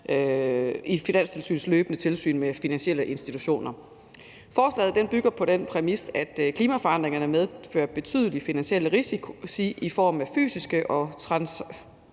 i Finanstilsynets løbende tilsyn med finansielle institutioner. Forslaget bygger på den præmis, at klimaforandringerne medfører betydelige finansielle risici i form af fysiske risici